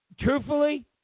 truthfully